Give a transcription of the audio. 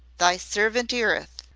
thy servant eareth.